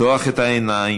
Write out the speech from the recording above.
לפתוח את העיניים,